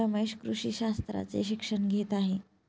रमेश कृषी शास्त्राचे शिक्षण घेत आहे